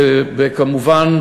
וכמובן